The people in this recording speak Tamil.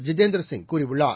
இதேந்திர சிங் கூறியுள்ளார்